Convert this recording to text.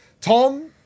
Tom